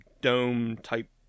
dome-type